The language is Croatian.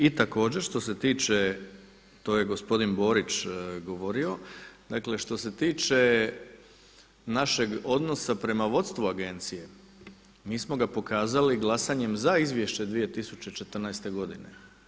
I također što se tiče, to je i gospodin Borić govorio, dakle što se tiče našeg odnosa prema vodstvu agencije, mi smo ga pokazali glasanjem za izvješće 2014. godine.